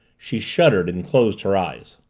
she shuddered and closed her eyes.